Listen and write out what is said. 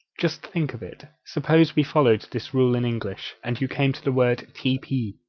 just think of it! suppose we followed this rule in english, and you came to the word, tp,